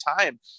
time